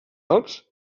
alps